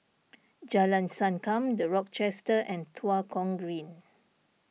Jalan Sankam the Rochester and Tua Kong Green